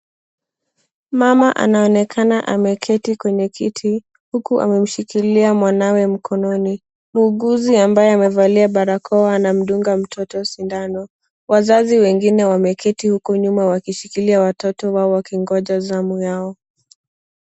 Mama anaonekana ameketi kwenye kiti, huku amemshikilia mwanamwe mkononi. Muuguzi ambaye amevalia barakoa anamdunga mtoto sindano. Wazazi wengine wameketi huku nyuma wakishikilia watoto wao wakingoja zamu yao.